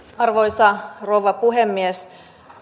arvoisa puhemies